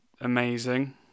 amazing